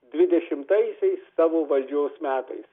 dvidešimtaisiais savo valdžios metais